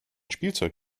spielzeug